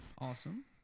Awesome